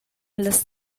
las